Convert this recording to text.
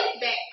Back